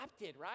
right